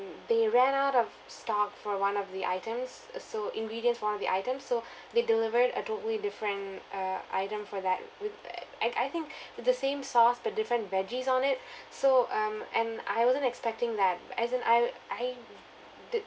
they ran out of stock for one of the items uh so ingredients one of the item so they delivered a totally different uh item for that with uh like I think the same sauce but different veggies on it so um and I wasn't expecting that as in I I the